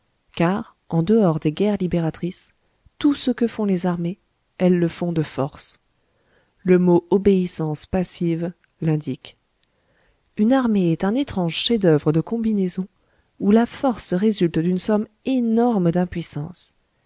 car en dehors des guerres libératrices tout ce que font les armées elles le font de force le mot obéissance passive l'indique une armée est un étrange chef-d'oeuvre de combinaison où la force résulte d'une somme énorme d'impuissance